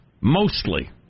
Mostly